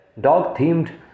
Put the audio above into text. Dog-themed